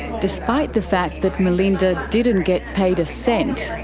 despite the fact that melinda didn't get paid a cent,